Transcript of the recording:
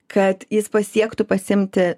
kad jis pasiektų pasiimti